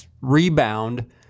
rebound